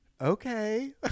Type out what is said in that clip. okay